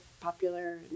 popular